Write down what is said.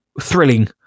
thrilling